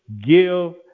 give